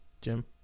Jim